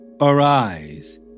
Arise